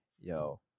Yo